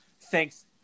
thanks